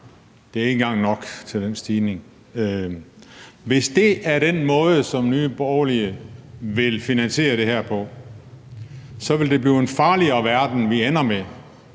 Det er ikke engang nok til den stigning. Hvis det er den måde, som Nye Borgerlige vil finansiere det her på, så vil det blive en farligere verden, vi ender med,